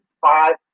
five